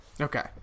Okay